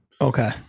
Okay